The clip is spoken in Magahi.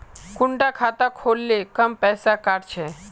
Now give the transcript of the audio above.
कुंडा खाता खोल ले कम पैसा काट छे?